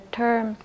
term